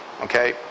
Okay